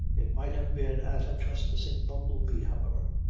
it might have been at a trespassing bumble-bee however.